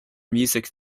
music